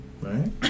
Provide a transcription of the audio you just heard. right